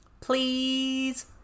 Please